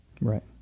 Right